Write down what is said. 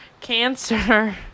Cancer